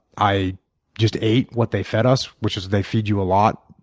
i just ate what they fed us, which they feed you a lot.